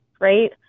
right